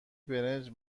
برنج